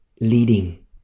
leading